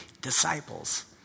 disciples